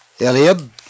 Eliab